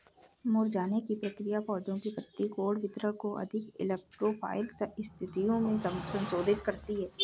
मुरझाने की प्रक्रिया पौधे के पत्ती कोण वितरण को अधिक इलेक्ट्रो फाइल स्थितियो में संशोधित करती है